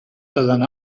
دادن